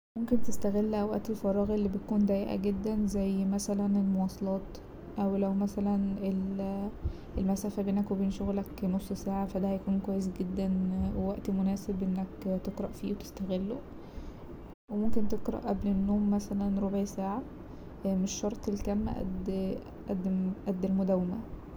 ممكن تستغل أوقات الفراغ اللي بتكون ضيقة جدا زي مثلا المواصلات أو لو مثلا المسافة بينك وبين شغلك نص ساعة فا ده هيكون كويس جدا ووقت مناسب انك تقرأ فيه وتستغله وممكن تقرأ قبل النوم مثلا ربع ساعة مش شرط الكم اد-اد- اد المداومة.